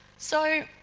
so,